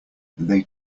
they